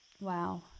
wow